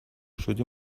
شدی